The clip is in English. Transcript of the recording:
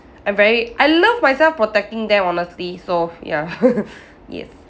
I'm very I love myself protecting them honestly so ya yes